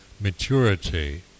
maturity